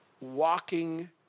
walking